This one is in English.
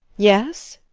yes?